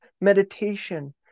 meditation